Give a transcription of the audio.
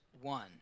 one